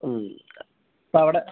ഉം അപ്പോൾ അവിടെ